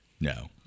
no